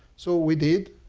so we did.